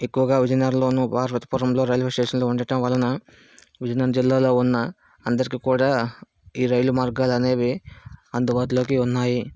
ఎక్కువుగా విజయనగరంలోను పార్వతీపురంలో రైల్వే స్టేషన్లో ఉండటం వలన విజయనగరం జిల్లాలో ఉన్న అందరికి కూడా ఈ రైలు మార్గాలు అనేవి అందుబాటులోకి ఉన్నాయి